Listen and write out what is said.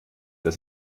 das